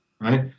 right